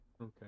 Okay